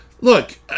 look